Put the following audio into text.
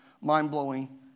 mind-blowing